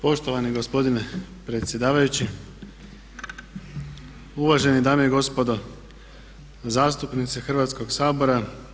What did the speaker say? Poštovani gospodine predsjedavajući, uvažene dame i gospodo zastupnici Hrvatskoga sabora.